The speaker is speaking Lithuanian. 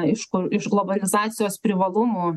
aišku iš globalizacijos privalumų